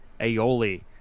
aioli